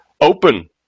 open